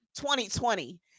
2020